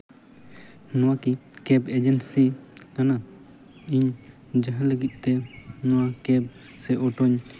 ᱱᱚᱣᱟ ᱠᱤ cab agency ᱠᱟᱱᱟ ᱤᱧ ᱡᱟᱦᱟᱸ ᱞᱟᱹᱜᱤᱫ ᱛᱮ ᱱᱚᱣᱟ ᱠᱮᱵᱽ ᱥᱮ ᱚᱴᱳᱧ